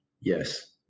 Yes